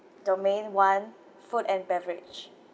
domain one food and beverage